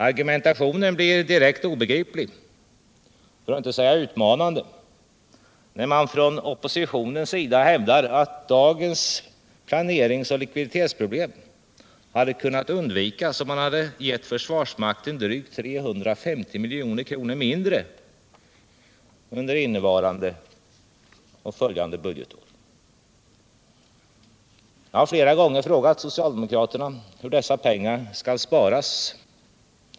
Argumentationen blir direkt obegriplig — för att inte säga utmanande — när det från oppositionens sida hävdas att dagens planerings och likviditetsproblem hade kunnat undvikas om man hade gett försvarsmakten drygt 350 milj.kr. mindre under innevarande och följande budgetår. Jag har flera gånger frågat socialdemokraterna hur dessa pengar skall sparas.